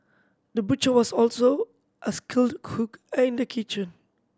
the butcher was also a skilled cook in the kitchen